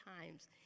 times